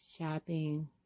shopping